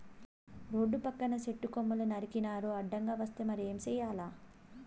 రోడ్ల పక్కన సెట్టు కొమ్మలు నరికినారు అడ్డంగా వస్తే మరి ఏం చేయాల